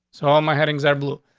so all my headings are blue.